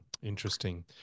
Interesting